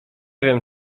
wiem